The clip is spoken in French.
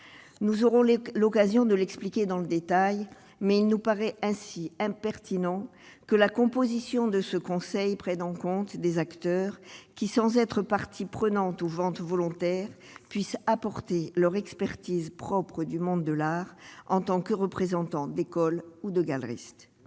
nous aurons Luc, l'occasion de l'expliquer dans le détail, mais il nous paraît ainsi impertinent que la composition de ce conseil, prennent en compte des acteurs qui, sans être partie prenante au Ventoux volontaires puissent apporter leur expertise propre du monde de l'art en tant que représentant d'écoles ou de galeristes